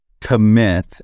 commit